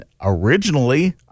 originally